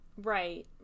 right